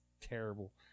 terrible